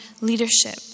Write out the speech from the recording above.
leadership